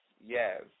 Yes